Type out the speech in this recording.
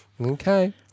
Okay